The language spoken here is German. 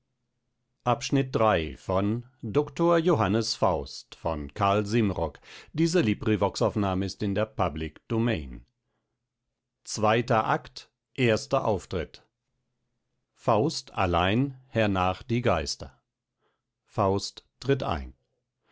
zweiter aufzug erster auftritt faust allein hernach die geister faust tritt ein